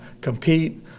compete